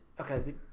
Okay